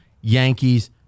Yankees